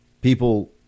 people